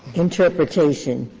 interpretation,